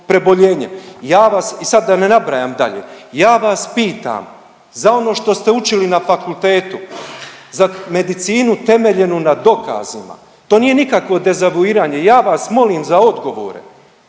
Ja vas i sad da ne nabrajam dalje, ja vas pitam za ono što ste učili na fakultetu za medicinu temeljenu na dokazima, to nije nikakvo dezavuiranje. Ja vas molim za odgovore